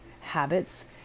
habits